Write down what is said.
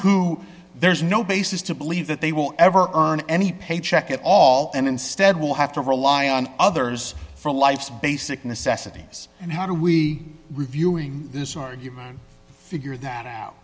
who there's no basis to believe that they will ever earn any paycheck at all and instead will have to rely on others for life's basic necessities and how do we reviewing this or you figure that